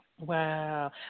Wow